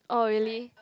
oh really